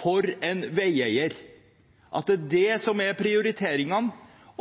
for en veieier, at det er det som er prioriteringene.